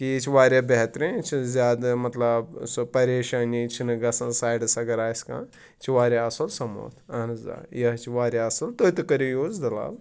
کہِ یہِ چھِ واریاہ بہتریٖن یہِ چھِ زیادٕ مطلب سۄ پریشٲنی چھِنہٕ گژھان سایڈَس اَگر آسہِ کانٛہہ یہِ چھِ واریاہ اَصٕل سَموٗتھ اَہَن حظ آ یہِ حظ چھِ واریاہ اَصٕل تُہۍ تہٕ کٔرِو یوٗز دَلال